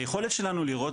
היכולת שלנו לראות,